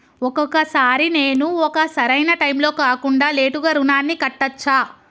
ఒక్కొక సారి నేను ఒక సరైనా టైంలో కాకుండా లేటుగా రుణాన్ని కట్టచ్చా?